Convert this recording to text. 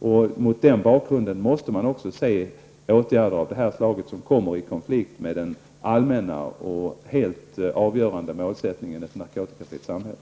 i allt fler länder. Det är mot denna bakgrund man måste se åtgärder av det här slaget som kommer i konflikt med den allmänna och helt avgörande målsättningen, ett narkotikafritt samhälle.